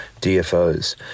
DFOs